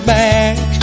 back